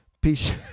peace